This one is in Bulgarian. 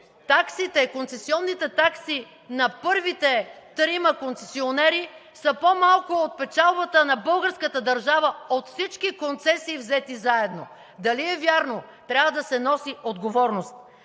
таксите, концесионните такси на първите трима концесионери са по-малко от печалбата на българската държава от всички концесии, взети заедно? Дали е вярно? Трябва да се носи отговорност.